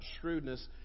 shrewdness